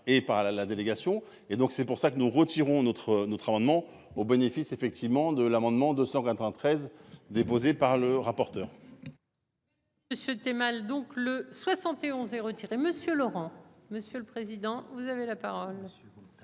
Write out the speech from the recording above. et par la la délégation et donc c'est pour ça que nous retirons notre notre amendement au bénéfice effectivement de l'amendement 293, déposé par le rapporteur.